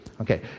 Okay